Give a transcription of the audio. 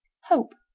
Hope